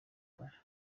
yamfasha